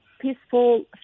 peaceful